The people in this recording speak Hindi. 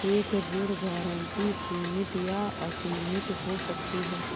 एक ऋण गारंटी सीमित या असीमित हो सकती है